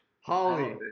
Holly